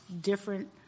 different